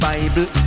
Bible